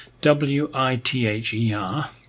w-i-t-h-e-r